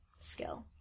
skill